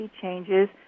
changes